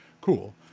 Cool